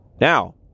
Now